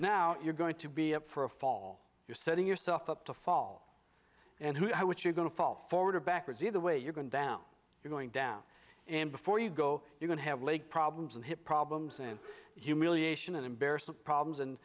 now you're going to be up for a fall you're setting yourself up to fall and what you're going to fall forward or backwards either way you're going down you're going down and before you go you're going to have leg problems and hip problems and humiliation and embarrassment problems and